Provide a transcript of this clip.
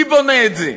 מי בונה את זה?